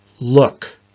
look